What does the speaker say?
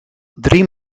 drie